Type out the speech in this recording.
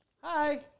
Hi